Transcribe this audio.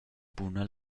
buna